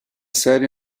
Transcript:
serie